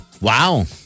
Wow